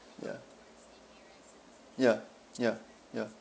ya ya ya ya